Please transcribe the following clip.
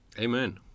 Amen